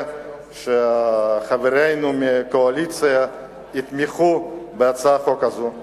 שחברינו מהקואליציה יתמכו בהצעת החוק הזאת.